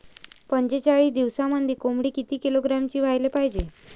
पंचेचाळीस दिवसामंदी कोंबडी किती किलोग्रॅमची व्हायले पाहीजे?